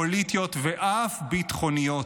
פוליטיות ואף ביטחוניות.